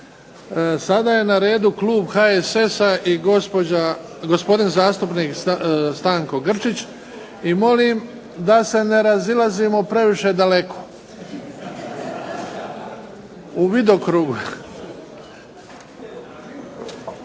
Sada je na redu klub HSS-a i gospodin zastupnik Stanko Grčić. I molim da se ne razilazimo previše daleko. **Grčić,